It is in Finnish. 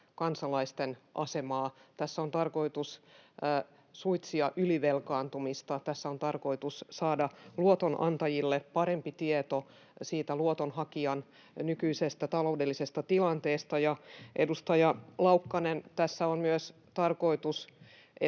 kansalaisten asemaa. Tässä on tarkoitus suitsia ylivelkaantumista, tässä on tarkoitus saada luotonantajille parempi tieto luotonhakijan nykyisestä taloudellisesta tilanteesta, ja, edustaja Laukkanen, tässä on myös tarkoituksena,